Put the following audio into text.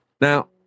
Now